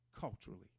culturally